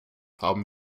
haben